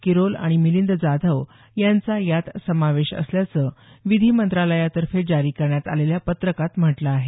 किरोल आणि मिलिंद जाधव यांचा यात समावेश असल्याचं विधी मंत्रालायातर्फे जारी करण्यात आलेल्या पत्रकात म्हटलं आहे